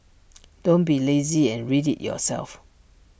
don't be lazy and read IT yourself